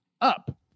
up